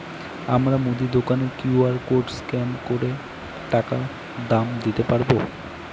আমার মুদি দোকানের কিউ.আর কোড স্ক্যান করে টাকা দাম দিতে পারব?